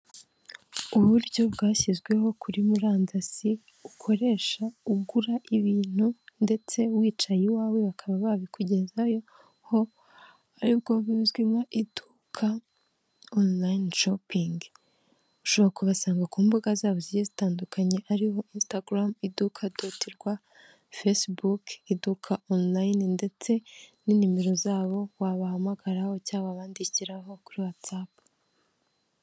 Uburyo bwashyizweho kuri murandasi ukoresha ugura ibintu ndetse wicaye iwawe bakaba babikugezaho, aribwo buzwi nka iduka onurayini shopingi. Ushobora kubasanga ku mbuga zabo zigiye zitandukanye aribo insitagaramu iduka doti rwa, fesibuke iduka onurayine, ndetse ni nimero zabo wabahamagaraho cyangwa wabandidikiraho kuri Watsapu.